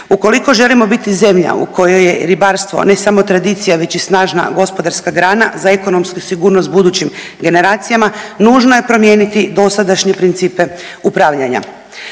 Ukoliko želimo biti zemlja u kojoj je ribarstvo ne samo tradicija već i snažna gospodarska grana za ekonomsku sigurnost budućim generacijama nužno je promijeniti dosadašnje principe upravljanja.